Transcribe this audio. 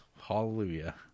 Hallelujah